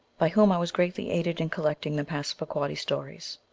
by whom i was greatly aided in collecting the passamaquoddy stories,